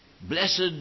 blessed